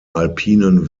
alpinen